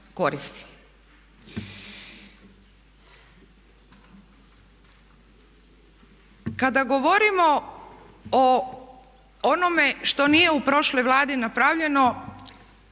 Kada govorimo o onome što nije u prošloj Vladi napravljeno